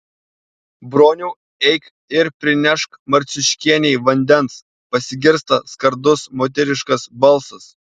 broniau eik ir prinešk marciuškienei vandens pasigirsta skardus moteriškas balsas